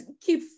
keep